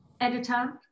editor